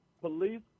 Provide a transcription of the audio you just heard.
police